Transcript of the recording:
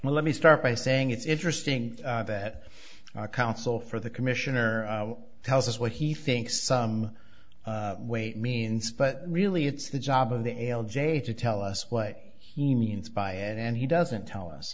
well let me start by saying it's interesting that counsel for the commissioner tells us what he thinks some weight means but really it's the job of the ale jay to tell us what he means by it and he doesn't tell us